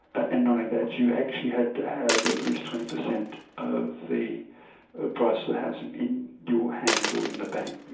and not only that, you actually had to have at least twenty percent of the price of the house in your hand or in the bank.